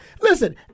Listen